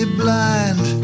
blind